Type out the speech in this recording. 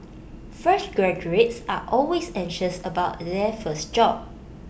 fresh graduates are always anxious about their first job